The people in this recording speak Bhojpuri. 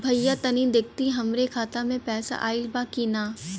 भईया तनि देखती हमरे खाता मे पैसा आईल बा की ना?